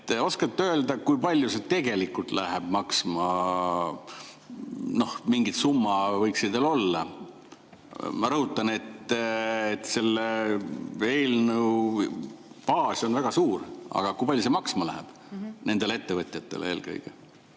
Oskate öelda, kui palju see tegelikult läheb maksma? Mingi summa võiks ju teil olla. Ma rõhutan, et selle eelnõu baas on väga suur, aga kui palju see maksma läheb, nendele ettevõtjatele eelkõige?